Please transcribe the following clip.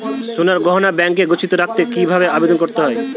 সোনার গহনা ব্যাংকে গচ্ছিত রাখতে কি ভাবে আবেদন করতে হয়?